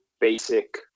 basic